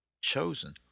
Chosen